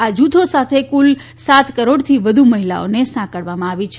આ જૂથો સાથે કુલ સાત કરોડથી વધુ મહિલાઓને સાંકળવામાં આવી છે